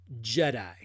Jedi